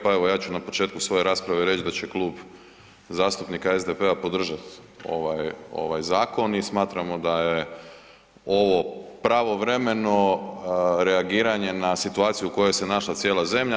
Pa evo, ja ću na početku svoje rasprave reć da će Klub zastupnika SDP-a podržat ovaj, ovaj zakon i smatramo da je ovo pravovremeno reagiranje na situaciju u kojoj se našla cijela zemlja.